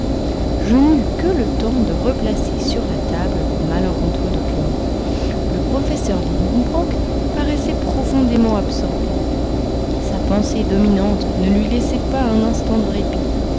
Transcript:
je n'eus que le temps de replacer sur la table le malencontreux document le professeur lidenbrock paraissait profondément absorbé sa pensée dominante ne lui laissait pas un instant de répit